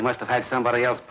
they must have had somebody else